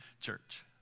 church